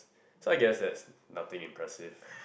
so I just there's nothing impressive